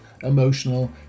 emotional